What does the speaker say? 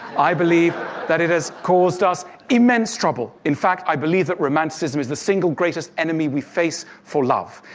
i believe that it has caused us immense trouble. in fact, i believe that romanticism is the single greatest enemy we face for love.